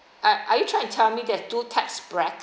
uh are you trying to tell me that two tax bracket